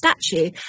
statue